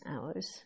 hours